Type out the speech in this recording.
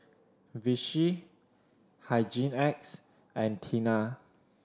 Vichy Hygin X and Tena